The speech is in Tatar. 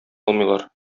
алмыйлар